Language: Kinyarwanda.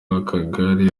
w’akagari